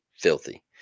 filthy